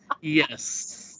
Yes